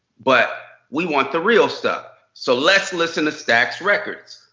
but we want the real stuff. so let's listen to stacks records.